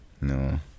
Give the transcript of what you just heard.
No